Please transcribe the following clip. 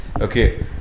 Okay